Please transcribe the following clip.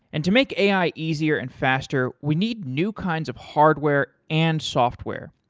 and to make ai easier and faster, we need new kinds of hardware and software,